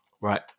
Right